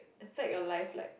affect your life like